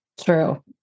True